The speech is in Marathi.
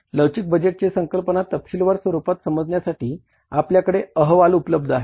लवचिक बजेटची संकल्पना तपशीलवार स्वरूपात समजण्यासाठी आपल्याकडे अहवाल उपलब्ध आहे